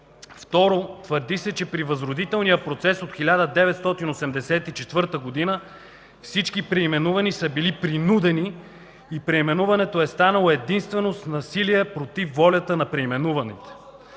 Второ, твърди се, че при възродителния процес от 1984 г. всички преименувани са били принудени и преименуването е станало единствено с насилие против волята на преименуваните.